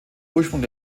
ursprung